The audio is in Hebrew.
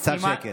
קצת שקט.